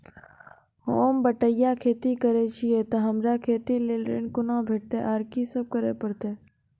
होम बटैया खेती करै छियै तऽ हमरा खेती लेल ऋण कुना भेंटते, आर कि सब करें परतै?